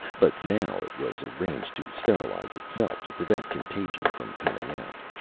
but now it was arranged to sterilize itself to prevent contagion from coming out.